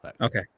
okay